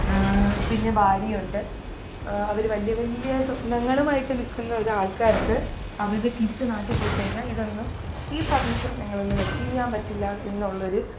പിന്നെ ഭാര്യയുണ്ട് അവർ വലിയ വലിയ സ്വപ്നങ്ങളുമായിട്ട് നിൽക്കുന്ന ഒരാൾക്കാർക്ക് അവരുടെ തിരിച്ച് നാട്ടിൽ പോയി കഴിഞ്ഞാൽ ഇതൊന്നും ഈ പറഞ്ഞ സ്വപ്നങ്ങളൊന്നും അച്ചീവ് ചെയ്യാൻ പറ്റില്ല എന്നുള്ളൊരു